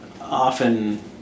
often